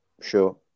Sure